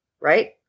right